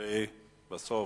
ובסוף,